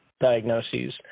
diagnoses